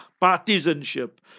partisanship